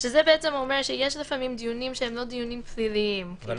זה אומר שיש דיונים שאינם פליליים - היה